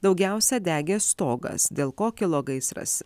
daugiausia degė stogas dėl ko kilo gaisras